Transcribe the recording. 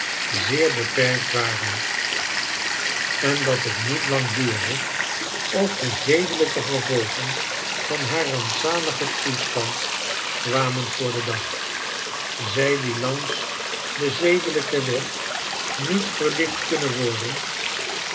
zeer beperkt waren en dat het niet lang duurde ofde zedelijkegevolgen van haar rampzaligen toestand kwamen voor den dag zij die langs den zedelijken weg niet verlicht kunnen worden